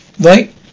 right